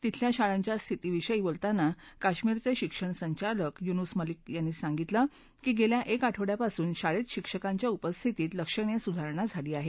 तिथल्या शाळांच्या स्थितीविषयी बोलताना कश्मीरचे शिक्षण संचालक युनुस मलिक यांनी सांगितलं की गेल्या एक आठवड्यापासून शाळेत शिक्षकांच्या उपस्थितीतही लक्षणीय सुधारणा झाली आहे